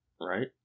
right